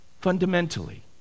fundamentally